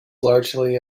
largely